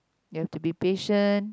you have to be patient